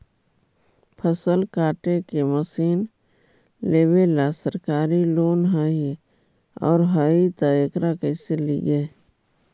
फसल काटे के मशीन लेबेला सरकारी लोन हई और हई त एकरा कैसे लियै?